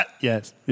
yes